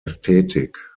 ästhetik